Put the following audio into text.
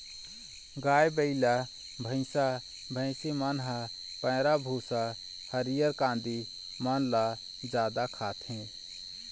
गाय, बइला, भइसा, भइसी मन ह पैरा, भूसा, हरियर कांदी मन ल जादा खाथे